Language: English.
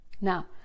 Now